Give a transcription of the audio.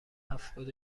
هفتاد